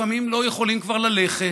לפעמים לא יכולים כבר ללכת,